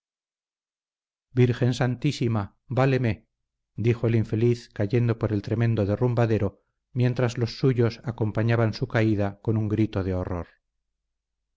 virgen santísima váleme dijo el infeliz cayendo por el tremendo derrumbadero mientras los suyos acompañaban su caída con un grito de horror